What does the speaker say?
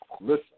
listen